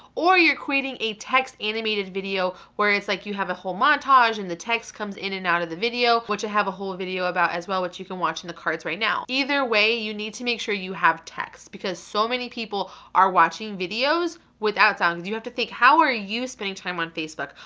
or you're creating a text animated video where it's like you have a whole montage and the text comes in and out of the video, which i have a whole video about as well, which you can watch in the cards right now. either way, you need to make sure that you have text because so many people are watching videos without sound. and you have to think, how are you spending time on facebook.